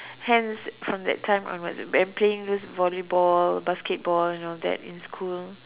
hence from that time onwards when playing this volleyball basketball and all that in school